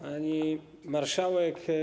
Pani Marszałek!